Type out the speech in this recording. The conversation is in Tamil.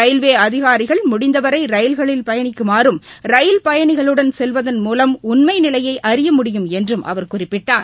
ரயில்வே அதிகாரிகள் முடிந்தவரை ரயில்களில் பயணிக்குமாறும் ரயில் பயணிகளுடன் செல்வதன் மூலம் உண்மை நிலையை அறிய முடியும் என்றும் அவர் குறிப்பிட்டார்